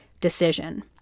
decision